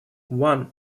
one